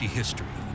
history